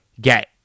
get